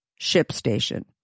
ShipStation